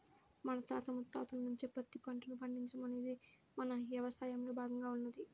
మన తాత ముత్తాతల నుంచే పత్తి పంటను పండించడం అనేది మన యవసాయంలో భాగంగా ఉన్నది